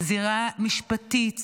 זירה משפטית,